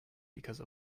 because